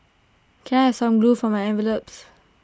can I have some glue for my envelopes